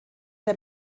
der